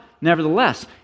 nevertheless